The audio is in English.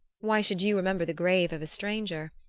why should you remember the grave of a stranger?